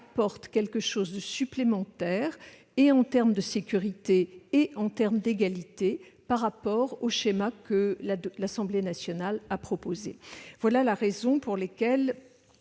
apporte quelque chose en matière tant de sécurité que d'égalité par rapport au schéma que l'Assemblée nationale a proposé. Voilà la raison pour laquelle